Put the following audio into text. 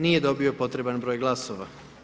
Nije dobio potreban broj glasova.